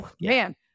man